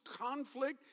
conflict